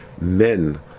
Men